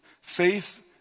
Faith